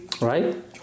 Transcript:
Right